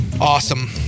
Awesome